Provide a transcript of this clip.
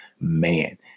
man